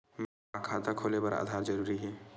का खाता खोले बर आधार जरूरी हे?